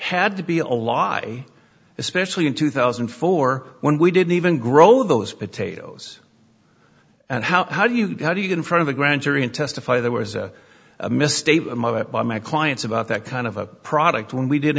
had to be a law especially in two thousand and four when we didn't even grow those potatoes and how do you how do you get in front of a grand jury and testify there was a mistake by my clients about that kind of a product when we didn't